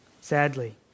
sadly